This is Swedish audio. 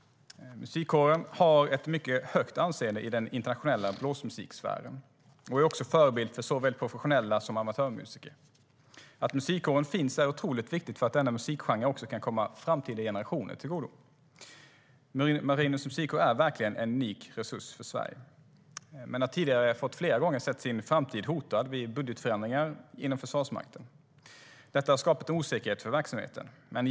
Musikkåren har ett mycket högt anseende i den internationella blåsmusiksfären och är också förebild för såväl professionella som amatörmusiker. Att musikkåren finns är otroligt viktigt för att denna musikgenre kan komma också framtida generationer till godo. Marinens musikkår är verkligen en unik resurs för Sverige men har tidigare flera gånger fått se sin framtid hotad vid budgetförändringar inom Försvarsmakten. Detta har skapat en osäkerhet för verksamheten.